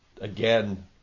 again